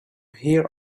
here